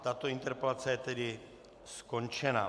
Tato interpelace je tedy skončena.